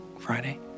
Friday